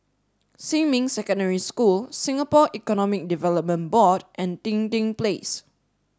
Xinmin Secondary School Singapore Economic Development Board and Dinding Place